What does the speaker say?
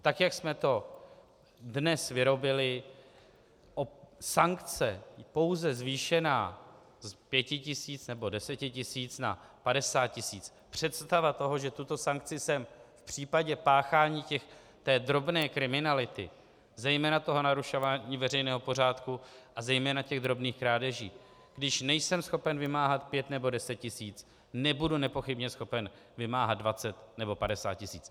Tak jak jsme to dnes vyrobili, sankce pouze zvýšená z pěti nebo deseti tisíc na padesát tisíc, představa toho, že tuto sankci v případě páchání drobné kriminality, zejména narušování veřejného pořádku a zejména drobných krádeží když nejsem schopen vymáhat pět nebo deset tisíc, nebudu nepochybně schopen vymáhat dvacet nebo padesát tisíc.